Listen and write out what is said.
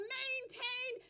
maintain